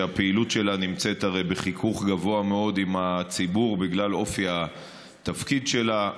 שהפעילות שלה נמצאת בחיכוך גבוה מאוד עם הציבור בגלל אופי התפקיד שלה,